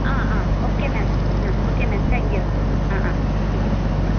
ആ ആ okay ma'am ആ ഓക്കെ മാം താങ്ക് യൂ ആ ആ താങ്ക് യൂ ആ